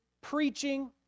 preaching